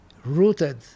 rooted